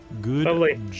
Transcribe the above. good